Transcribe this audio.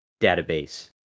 database